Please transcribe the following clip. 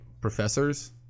professors